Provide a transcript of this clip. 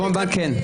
חשבון בנק כן.